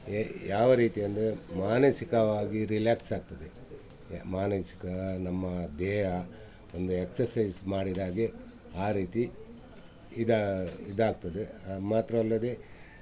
ಯಾವ ರೀತಿ ಅಂದರೆ ಮಾನಸಿಕವಾಗಿ ರಿಲ್ಯಾಕ್ಸ್ ಆಗ್ತದೆ ಮಾನಸಿಕ ನಮ್ಮ ದೇಹ ಒಂದು ಎಕ್ಸಸೈಸ್ ಮಾಡಿದಾಗೆ ಆ ರೀತಿ ಇದು ಇದಾಗ್ತದೆ ಮಾತ್ರವಲ್ಲದೆ